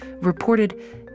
reported